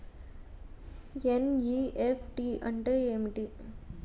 NEFT అంటే ఏమిటి?